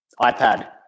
iPad